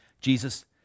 Jesus